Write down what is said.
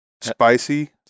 Spicy